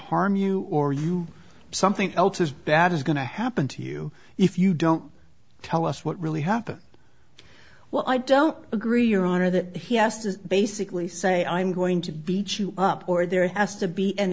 harm you or you something else is bad is going to happen to you if you don't tell us what really happened well i don't agree your honor that he has to basically say i'm going to be chewed up or there has to be an